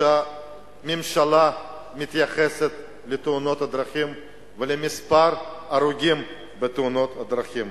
שהממשלה מתייחסת לתאונות הדרכים ולמספר ההרוגים בתאונות הדרכים.